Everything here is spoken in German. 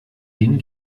den